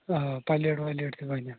آ plate wallet تہِ بَنہِ اَتھ